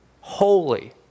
holy